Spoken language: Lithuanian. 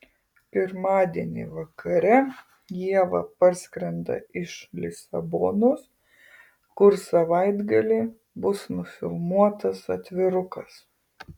pirmadienį vakare ieva parskrenda iš lisabonos kur savaitgalį buvo nufilmuotas atvirukas